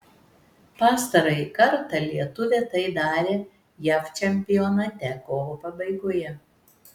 pastarąjį kartą lietuvė tai darė jav čempionate kovo pabaigoje